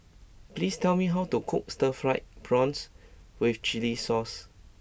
please tell me how to cook Stir Fried Prawns with Chili Sauce